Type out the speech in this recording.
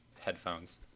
headphones